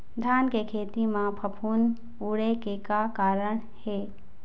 धान के खेती म फफूंद उड़े के का कारण हे?